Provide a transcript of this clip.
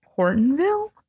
Hortonville